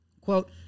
Quote